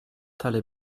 tale